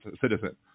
citizen